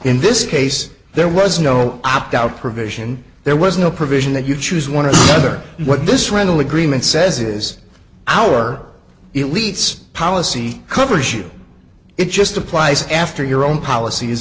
in this case there was no opt out provision there was no provision that you choose one of the other what this rental agreement says is our elites policy coverage it just applies after your own polic